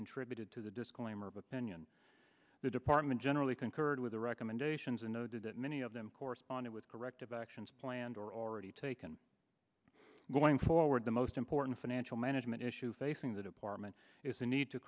contributed to the disclaimer but pinion the department generally concurred with the recommendations or noted that many of them corresponded with corrective actions planned or already taken going forward the most important financial management issue facing the department is a need to